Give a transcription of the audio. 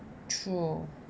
true